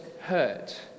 hurt